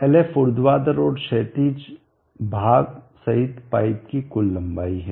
Lf ऊर्ध्वाधर और क्षैतिज भाग सहित पाइप की कुल लंबाई है